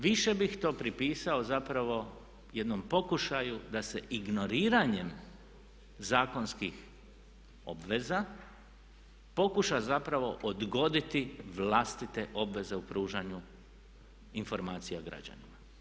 Više bih to pripisao zapravo jednom pokušaju da se ignoriranjem zakonskih obveza pokuša zapravo odgoditi vlastite obveze u pružanju informacija građanima.